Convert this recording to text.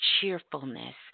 cheerfulness